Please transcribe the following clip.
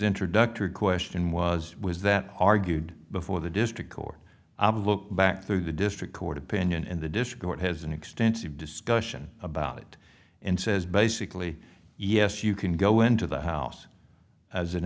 introductory question was was that argued before the district court back through the district court opinion in the dischord has an extensive discussion about it and says basically yes you can go into the house as an